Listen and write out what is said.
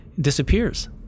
disappears